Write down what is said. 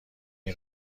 این